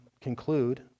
conclude